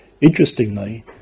Interestingly